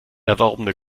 erworbene